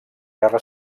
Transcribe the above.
guerra